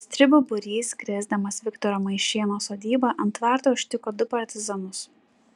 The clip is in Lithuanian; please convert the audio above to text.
stribų būrys krėsdamas viktoro maišėno sodybą ant tvarto užtiko du partizanus